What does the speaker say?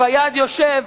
פיאד יושב